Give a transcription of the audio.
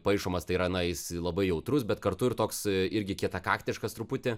paišomas tai yra na jis labai jautrus bet kartu ir toks irgi kietakaktiškas truputį